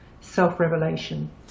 self-revelation